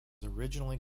originally